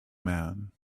man